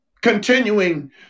continuing